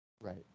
Right